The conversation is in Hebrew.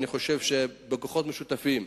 אני חושב שבכוחות משותפים,